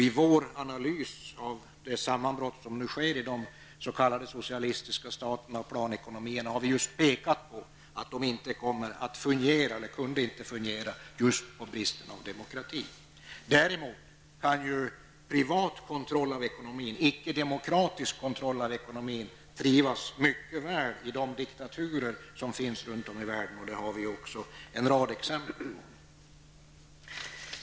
I vår analys av det sammanbrott som nu sker i de s.k socialistiska staterna och planekonomierna har vi just pekat på att de inte kunde fungera just på grund av bristen på demokrati. Däremot kan ju privat, icke demokratisk kontroll av ekonomin trivas mycket väl i de diktaturer som finns runt om i världen, och det har vi också en rad exempel på.